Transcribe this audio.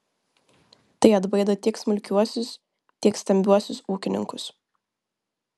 tai atbaido tiek smulkiuosius tiek stambiuosius ūkininkus